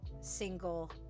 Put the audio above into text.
single